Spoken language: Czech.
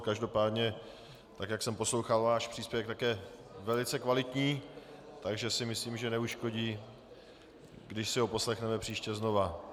Každopádně, tak jak jsem poslouchal váš příspěvek, tak je velice kvalitní, takže si myslím, že neuškodí, když si ho poslechneme příště znova.